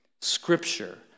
scripture